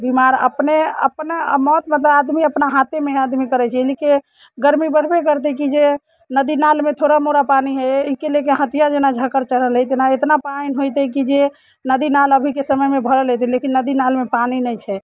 बीमार अपने अपना मौत मतलब आदमी अपना हाथेमे हय आदमी करैत छै लेकिन गर्मी बढ़बे करतै कि जे नदी नालमे थोड़ा मोड़ा पानी हय एहिके लेके हथिआ जेना झकड़ चढ़ल हय जेना एतना पानि होइतै कि जे नदी नाल अभीके समयमे भरल रहितै लेकिन नदी नालमे पानी नहि छै